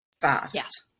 fast